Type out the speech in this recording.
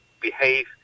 behave